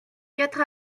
quatre